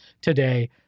today